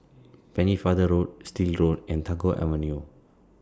Pennefather Road Still Road and Tagore Avenue